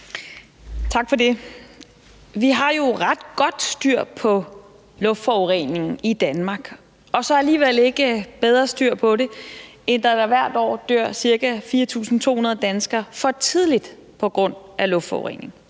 Stampe (RV): Vi har jo ret godt styr på luftforureningen i Danmark. Og så alligevel ikke bedre styr på det, end at der hvert år dør ca. 4.200 danskere for tidligt på grund af luftforurening.